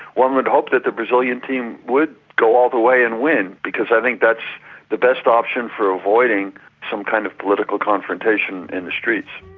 one would hope that the brazilian team would go all the way and win because i think that's the best option for avoiding some kind of political confrontation in the streets.